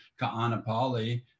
kaanapali